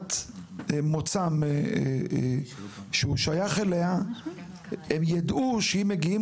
מדינת מוצא שהוא שייך אליה הם ידעו שאם מגיעים